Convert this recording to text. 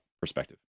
perspective